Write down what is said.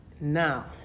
now